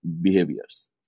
behaviors